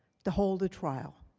to hold a trial.